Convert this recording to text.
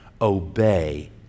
Obey